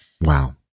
Wow